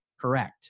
correct